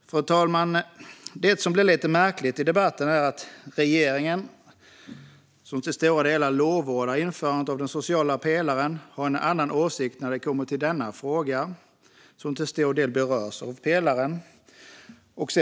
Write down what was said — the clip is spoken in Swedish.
Fru talman! Det som blir lite märkligt i debatten är att regeringen till stor del lovordar införandet av den sociala pelaren men har en annan åsikt i denna fråga, som till stor del berörs av pelaren.